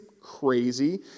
crazy